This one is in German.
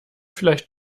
vielleicht